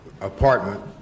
apartment